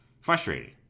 frustrating